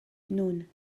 nun